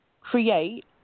create